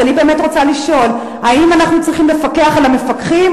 אז אני באמת רוצה לשאול: האם אנחנו צריכים לפקח על המפקחים?